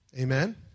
Amen